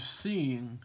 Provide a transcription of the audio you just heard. seeing